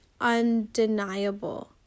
undeniable